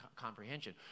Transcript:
comprehension